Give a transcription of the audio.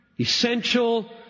essential